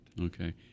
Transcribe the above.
Okay